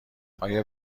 آیا